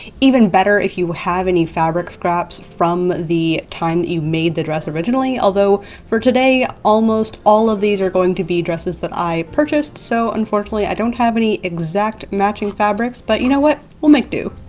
even better if you have any fabric scraps from the time that you made the dress originally, although for today, almost all of these are going to be dresses that i purchased, so unfortunately, i don't have any exact matching fabrics, but you know what, we'll make do.